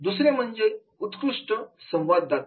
दुसरे म्हणजे उत्कृष्ट संवाददाता